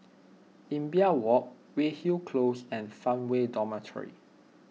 Imbiah Walk Weyhill Close and Farmway Dormitory